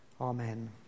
Amen